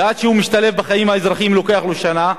ועד שהוא משתלב בחיים האזרחיים לוקח לו שנה,